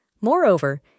Moreover